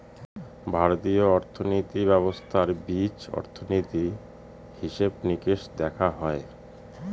ভারতীয় অর্থনীতি ব্যবস্থার বীজ অর্থনীতি, হিসেব নিকেশ দেখা হয়